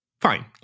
Fine